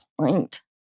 point